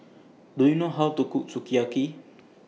Do YOU know How to Cook Sukiyaki